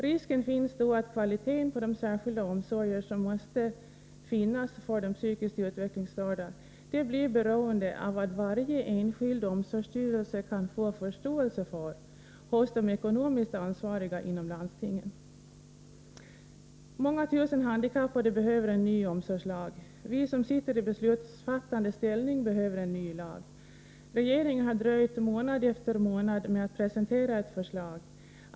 Risken finns då att kvaliteten på de särskilda omsorger som måste finnas för de psykiskt utvecklingsstörda blir beroende av vad varje enskild omsorgsstyrelse kan få förståelse för hos de ekonomiskt ansvariga inom landstingen. Många tusen handikappade behöver en ny omsorgslag. Vi som sitter i beslutsfattande ställning behöver en ny lag. Regeringen har dröjt månad efter månad med att presentera ett förslag.